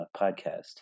podcast